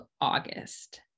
August